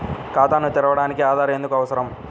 ఖాతాను తెరవడానికి ఆధార్ ఎందుకు అవసరం?